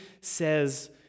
says